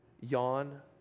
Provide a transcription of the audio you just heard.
yawn